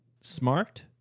smart